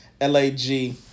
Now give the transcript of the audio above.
L-A-G